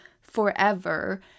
forever